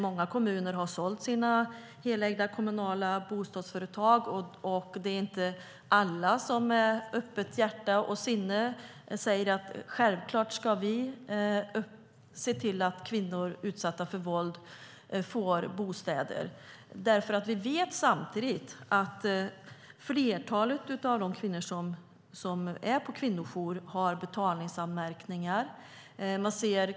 Många kommuner har sålt sina helägda kommunala bostadsföretag, och det är inte alla som med öppet hjärta och sinne säger: Självklart ska vi se till att kvinnor som är utsatta för våld får en bostad. Anledningen är att vi vet att flertalet av de kvinnor som är på kvinnojour har betalningsanmärkningar.